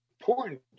important